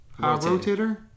Rotator